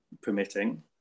permitting